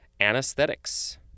anesthetics